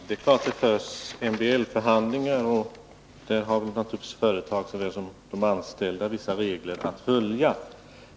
Herr talman! Det är klart att det förs en del förhandlingar, och därvidlag har naturligtvis såväl företag som anställda att följa vissa regler.